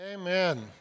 Amen